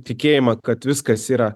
tikėjimą kad viskas yra